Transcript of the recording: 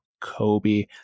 Kobe